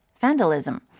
vandalism